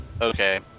okay